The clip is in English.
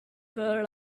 fur